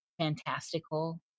fantastical